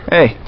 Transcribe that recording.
Hey